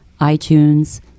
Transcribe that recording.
itunes